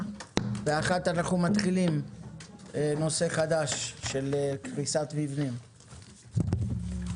הישיבה ננעלה בשעה 12:51.